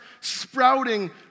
sprouting